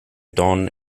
don